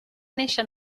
néixer